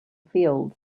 field